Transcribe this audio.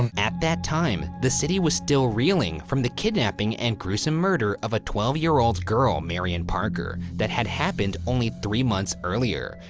at that time the city was still reeling from the kidnapping and gruesome murder of a twelve year old girl, marion parker, that had happened only three months earlier.